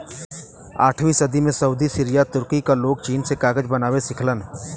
आठवीं सदी में सऊदी सीरिया तुर्की क लोग चीन से कागज बनावे सिखलन